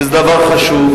וזה דבר חשוב.